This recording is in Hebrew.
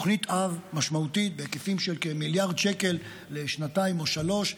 תוכנית אב משמעותית בהיקפים של כמיליארד שקל לשנתיים או שלוש,